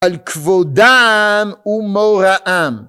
על כבודם ומוראם.